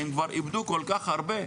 כי הם כבר איבדו כל-כך הרבה,